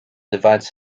divides